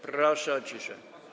Proszę o ciszę.